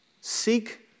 seek